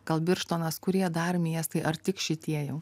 kad birštonas kurie dar miestai ar tik šitie jau